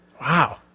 wow